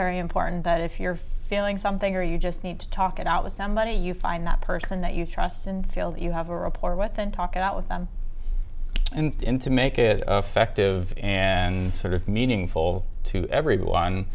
very important that if you're feeling something or you just need to talk it out with somebody you find that person that you trust and feel that you have a reporter with and talk it out with them into make it effective and sort of meaningful to everyone